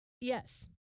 Yes